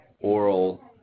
oral